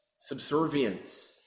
subservience